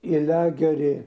į lagerį